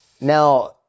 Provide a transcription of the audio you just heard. Now